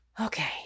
Okay